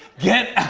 get